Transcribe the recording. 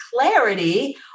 clarity